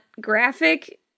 graphic